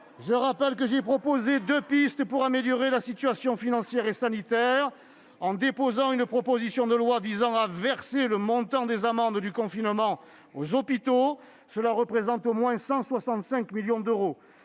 Je rappelle que j'ai proposé deux pistes pour améliorer la situation financière et sanitaire. J'ai ainsi déposé une proposition de loi visant à verser le montant des amendes du confinement aux hôpitaux- cela représente au moins 165 millions d'euros.